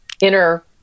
inner